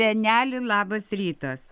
seneli labas rytas